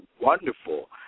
wonderful